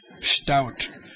stout